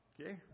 Okay